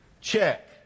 Check